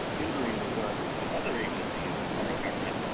hindering the work of other agencies in the federal government.